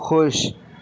خوش